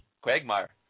Quagmire